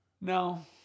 No